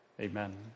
amen